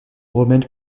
romaine